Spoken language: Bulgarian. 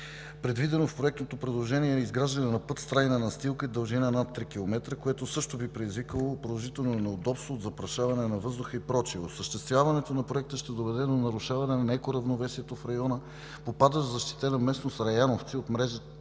населението. В проектното предложение е предвидено изграждане на път с трайна настилка и дължина над 3 км, което също би предизвикало продължително неудобство от запрашаване на въздуха и прочие. Осъществяването на Проекта ще доведе до нарушаване на екоравновесието в района, попадащ в защитена местност Раяновци от мрежа